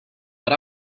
but